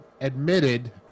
admitted